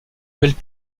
belles